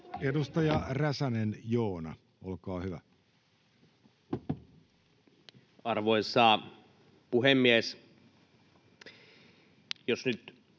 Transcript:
Edustaja Räsänen, Joona, olkaa hyvä. Arvoisa puhemies! Jos nyt